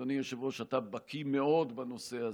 אדוני היושב-ראש, אתה בקיא מאוד בנושא הזה.